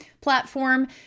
platform